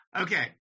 Okay